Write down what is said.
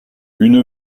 une